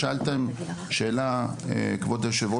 שאלת שאלה אדוני היושב,